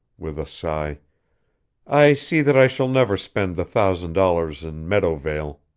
with a sigh i see that i shall never spend the thousand dollars in meadowvale.